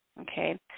okay